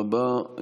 תודה רבה.